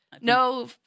No